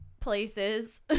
places